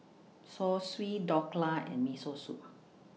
Zosui Dhokla and Miso Soup